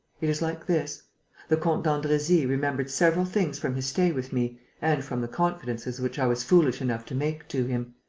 it is like this the comte d'andresy remembered several things from his stay with me and from the confidences which i was foolish enough to make to him.